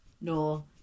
No